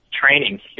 training